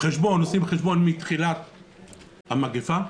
עושים חשבון מתחילת המגפה,